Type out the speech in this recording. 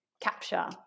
capture